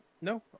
No